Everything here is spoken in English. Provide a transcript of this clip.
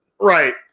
Right